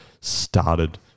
started